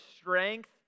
strength